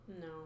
No